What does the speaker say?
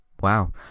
wow